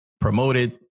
promoted